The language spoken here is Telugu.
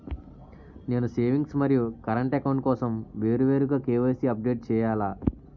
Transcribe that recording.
నేను సేవింగ్స్ మరియు కరెంట్ అకౌంట్ కోసం వేరువేరుగా కే.వై.సీ అప్డేట్ చేయాలా?